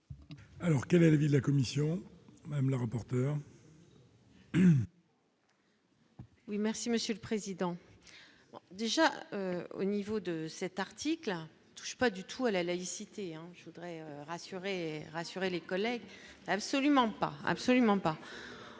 Alors quel est l'avis de la commission, même le rapporteur. Oui, merci Monsieur le Président, déjà au niveau de cet article touche pas du tout à la laïcité en je voudrais rassurer, rassurer les collègues. Absolument pas, absolument pas,